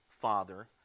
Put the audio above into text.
father